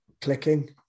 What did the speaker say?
clicking